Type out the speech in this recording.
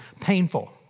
Painful